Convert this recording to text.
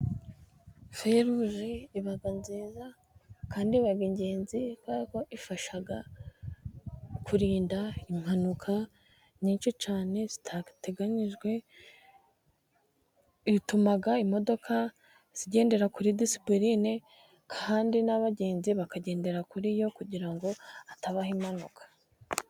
Feruje iba nziza kandi iba ingenzi. Ifasha kurinda impanuka nyinshi cyane zitateganyijwe. Ituma imodoka zigendera kuri disipurine kandi n'abagenzi bakagendera kuri yo, kugira ngo hatabaho impanuka.